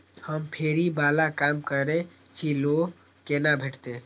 हम फैरी बाला काम करै छी लोन कैना भेटते?